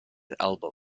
album